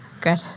Good